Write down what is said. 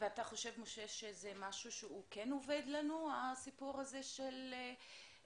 ואתה חושב שיש איזה משהו שהוא כן עובד לנו הסיפור הזה גם מקוון,